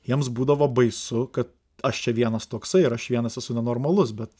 jiems būdavo baisu kad aš čia vienas toksai ir aš vienas esu nenormalus bet